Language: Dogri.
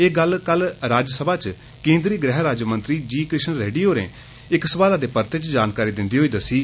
एह् गल्ल कल राज्यसभा च केन्द्र गृह राज्यमंत्री जी किशन रेड्डी होरें इक सुआले दे परते च जानकारी दिंदे होई दस्सी